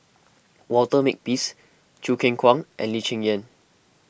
Walter Makepeace Choo Keng Kwang and Lee Cheng Yan